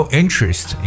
interest